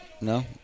No